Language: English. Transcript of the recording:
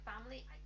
family